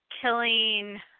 killing